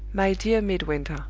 my dear midwinter